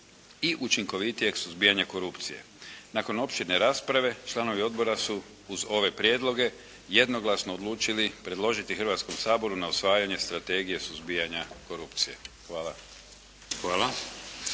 i učinkovitijeg suzbijanja korupcije. Nakon opširne rasprave, članovi odbora su uz ove prijedloge jednoglasno odlučili predložiti Hrvatskom saboru na usvajanje Strategije suzbijanje korupcije. Hvala.